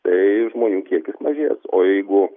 tai žmonių kiekis mažės o jeigu